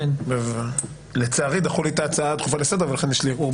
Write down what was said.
שמענו גם את ההבהרות.